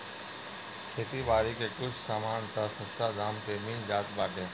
खेती बारी के कुछ सामान तअ सस्ता दाम पे मिल जात बाटे